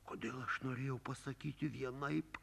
kodėl aš norėjau pasakyti vienaip